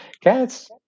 cats